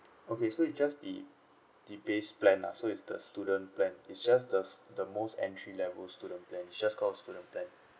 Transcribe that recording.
okay so is just the the base plan lah so is the student plan is just the f~ the most entry level student plan is just called a student plan